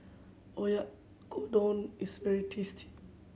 oyakodon is very tasty